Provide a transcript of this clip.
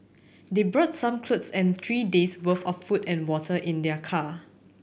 they brought some clothes and three days' worth of food and water in their car